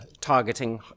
targeting